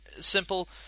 simple